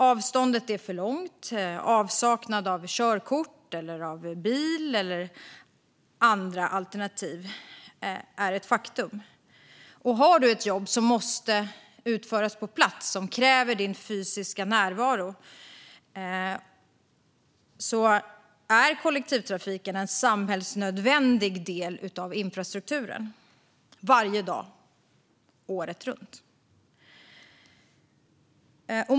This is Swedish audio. Avståndet är för långt, och avsaknad av körkort, bil eller andra alternativ är ett faktum. Har man ett jobb som måste utföras på plats och kräver fysisk närvaro är kollektivtrafiken en samhällsnödvändig del av infrastrukturen. Så är det varje dag, året runt.